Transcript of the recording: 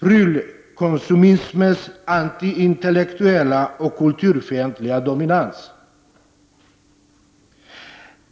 prylkonsumismens antiintellektuella och kulturfientliga dominans.